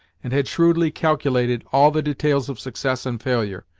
and had shrewdly calculated all the details of success and failure.